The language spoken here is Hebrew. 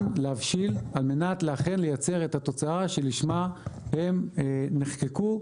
להבשיל על מנת אכן לייצר את התוצאה שלשמה הם נחקקו,